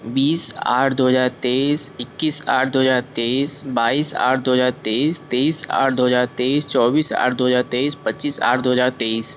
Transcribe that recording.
बीस आठ दो हजार तेईस इक्कीस आठ दो हजार तेईस बाईस आठ दो हजार तेईस तेईस आठ दो हजार तेईस चौबीस आठ दो हजार तेईस पच्चीस आठ दो हजार तेईस